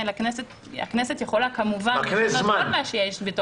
הכנסת יכולה כמובן לשנות כל מה שיש בתוכו.